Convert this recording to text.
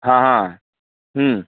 हाँ हाँ